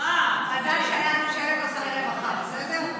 מזל שהיה שר רווחה, בסדר?